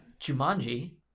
Jumanji